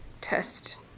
test